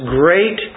great